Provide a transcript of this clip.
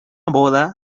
boda